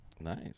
Nice